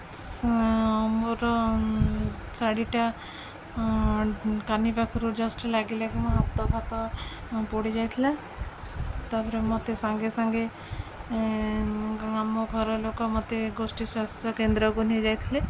ମୋର ଶାଢ଼ୀଟା କାନି ପାଖରୁ ଜଷ୍ଟ୍ ଲାଗି ଲାଗି ମୋ ହାତ ଫାତ ପୋଡ଼ିଯାଇଥିଲା ତା'ପରେ ମୋତେ ସାଙ୍ଗେ ସାଙ୍ଗେ ଆମ ଘର ଲୋକ ମୋତେ ଗୋଷ୍ଠୀ ସ୍ୱାସ୍ଥ୍ୟ କେନ୍ଦ୍ରକୁ ନେଇଯାଇଥିଲେ